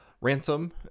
ransom